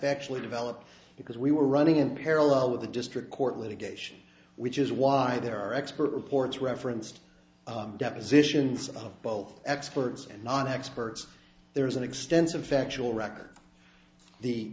actually developed because we were running in parallel with the district court litigation which is why there are expert reports referenced depositions of both experts and not experts there is an extensive factual record the